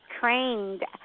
trained